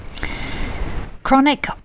Chronic